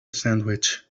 sandwich